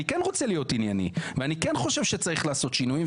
אני רוצה להיות ענייני ואני חושב שצריך לעשות שינוי.